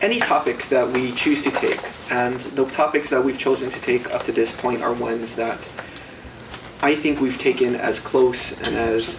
any topic that we choose to take and the topics that we've chosen to take up to this point are ones that i think we've taken as close